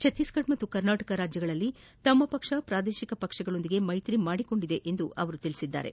ಛತ್ತೀಸ್ಗಢ ಪಾಗೂ ಕರ್ನಾಟಕದಲ್ಲಿ ತಮ್ಮ ಪಕ್ಷ ಪ್ರಾದೇಶಿಕ ಪಕ್ಷಗಳೊಂದಿಗೆ ಮೈತ್ರಿ ಮಾಡಿಕೊಂಡಿದೆ ಎಂದು ಹೇಳಿದ್ದಾರೆ